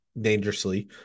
dangerously